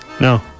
No